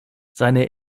seine